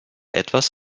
etwas